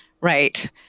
right